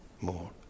more